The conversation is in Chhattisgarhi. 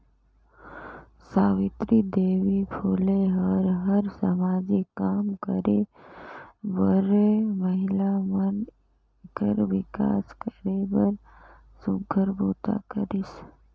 सावित्री देवी फूले ह हर सामाजिक काम करे बरए महिला मन कर विकास करे बर सुग्घर बूता करिस